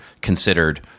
considered